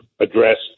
addressed